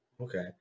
okay